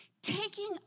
Taking